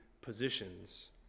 positions